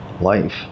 life